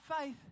faith